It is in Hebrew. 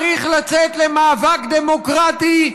צריך לצאת למאבק דמוקרטי,